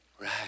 Right